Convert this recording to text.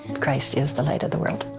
christ is the light of the world.